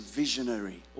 visionary